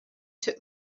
took